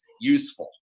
useful